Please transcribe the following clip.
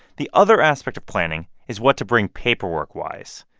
the other aspect of planning is what to bring paperworkwise.